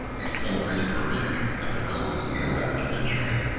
a celebrated critic, at the close of the eleventh century,